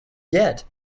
yet